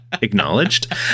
acknowledged